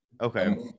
Okay